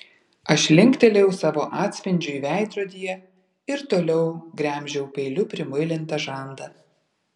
aš linktelėjau savo atspindžiui veidrodyje ir toliau gremžiau peiliu primuilintą žandą